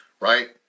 right